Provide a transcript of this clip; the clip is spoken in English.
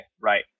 right